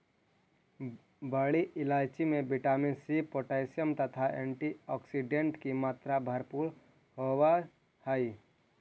बड़ी इलायची में विटामिन सी पोटैशियम तथा एंटीऑक्सीडेंट की मात्रा भरपूर होवअ हई